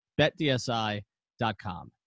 BetDSI.com